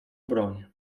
broń